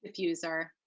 Diffuser